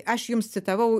aš jums citavau